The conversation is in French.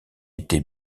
était